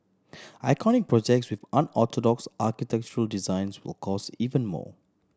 iconic projects with unorthodox architectural designs will cost even more